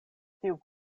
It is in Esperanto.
tiu